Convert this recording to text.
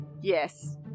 Yes